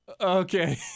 Okay